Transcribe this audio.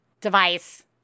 device